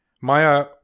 Maya